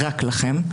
רק לכם.